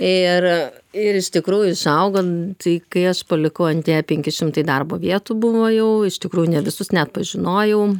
ir ir iš tikrųjų išaugom tai kai aš palikau antėją penki šimtai darbo vietų buvo jau iš tikrųjų ne visus net pažinojau